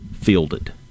fielded